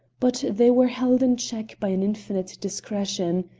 but they were held in check by an infinite discretion.